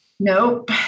Nope